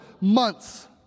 months